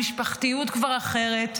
המשפחתיות כבר אחרת,